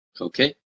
Okay